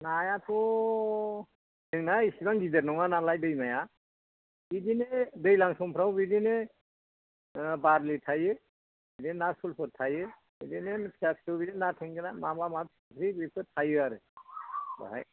नायाथ' जोंना इसेबां गिदिर नङा नालाय दैमाया बिदिनो दैज्लां समफोराव बिदिनो बारलि थायो बे ना सलफोर थायो बिदिनो फिसा फिसौ बिदि ना थेंगोना माबा माबि बेफोर थायो आरो बेवहाय